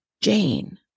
Jane